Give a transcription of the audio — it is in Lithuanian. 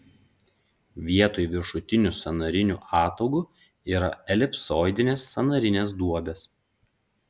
vietoj viršutinių sąnarinių ataugų yra elipsoidinės sąnarinės duobės